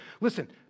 Listen